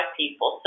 people